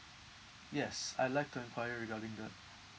yes I'd like to enquire regarding that